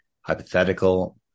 hypothetical